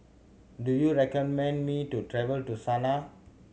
do you recommend me to travel to Sanaa